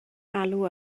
alw